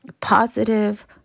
positive